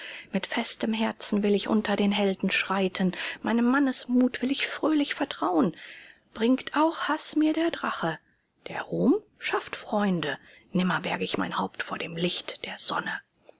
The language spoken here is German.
mit festem herzen will ich unter den helden schreiten meinem mannesmut will ich fröhlich vertrauen bringt auch haß mir der drache der ruhm schafft freunde nimmer berge ich mein haupt vor dem licht der sonne